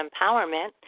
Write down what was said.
empowerment